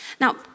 Now